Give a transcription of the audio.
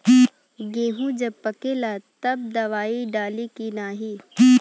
गेहूँ जब पकेला तब दवाई डाली की नाही?